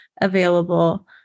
available